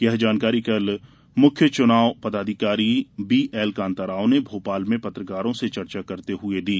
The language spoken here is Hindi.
यह जानकारी कल मुख्य चुनाव पदाधिकारी बीएल कांताराव ने भोपाल में पत्रकारों से चर्चा करते हए दी